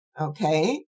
okay